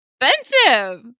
expensive